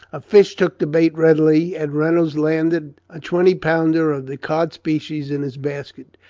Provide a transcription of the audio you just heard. a fish took the bait readily, and reynolds landed a twenty pounder of the cod species in his basket,